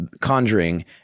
Conjuring